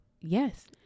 yes